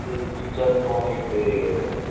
যেহেতু রিচার্জটা অনেক বেড়ে গিয়েছে না